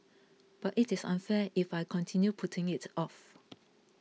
but it is unfair if I continue putting it off